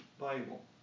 Bible